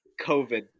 covid